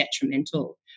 detrimental